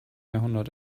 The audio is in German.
jahrhundert